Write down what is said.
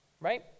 right